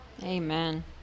amen